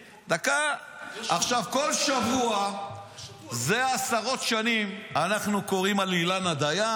כל שבוע זה עשרות שנים אנחנו קוראים על אילנה דיין.